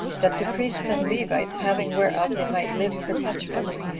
that the priests and levites having whereof they might live perpetually,